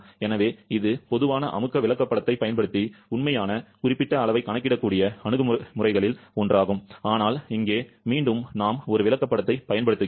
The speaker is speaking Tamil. எனவே இது பொதுவான அமுக்க விளக்கப்படத்தைப் பயன்படுத்தி உண்மையான குறிப்பிட்ட அளவைக் கணக்கிடக்கூடிய அணுகுமுறைகளில் ஒன்றாகும் ஆனால் இங்கே மீண்டும் நாம் ஒரு விளக்கப்படத்தைப் பயன்படுத்துகிறோம்